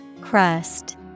Crust